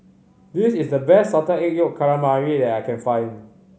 this is the best Salted Egg Yolk Calamari that I can find